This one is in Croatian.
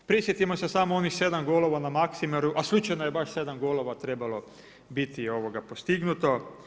Prisjetimo se samo onih 7 golova na Maksimiru a slučajno je baš 7 golova trebalo biti postignuto.